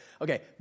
Okay